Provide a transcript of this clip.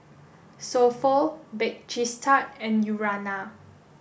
So Pho Bake Cheese Tart and Urana